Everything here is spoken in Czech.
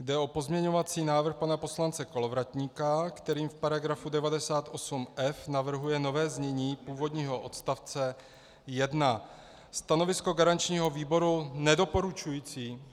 Jde o pozměňovací návrh pana poslance Kolovratníka, kterým v § 98f navrhuje nové znění původního odstavce 1. Stanovisko garančního výboru nedoporučující.